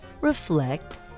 reflect